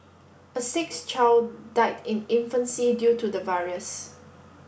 a sixth child died in infancy due to the virus